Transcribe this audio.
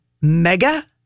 mega